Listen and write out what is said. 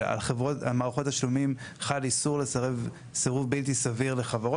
שעל מערכות תשלומים חל איסור לסרב סירוב בלתי סביר לחברות,